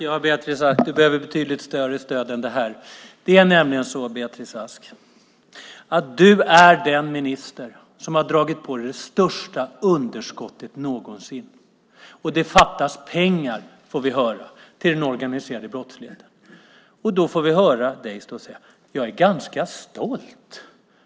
Fru talman! Du behöver betydligt större stöd än det här, Beatrice Ask. Du är nämligen den minister som har dragit på sig det största underskottet någonsin. Det fattas pengar, får vi höra, till den organiserade brottsligheten. Då får vi höra dig säga: Jag är ganska stolt.